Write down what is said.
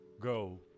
Go